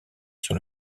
sur